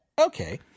Okay